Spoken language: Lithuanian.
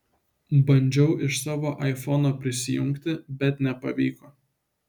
bandžiau iš savo aifono prisijungti bet nepavyko